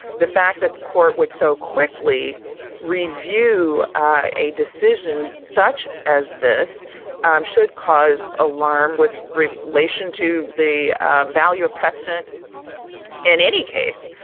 the fact that the court would so quickly review ah a decision such as this should cause alarm with relation to the value of precedent in any case.